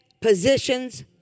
positions